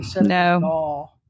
No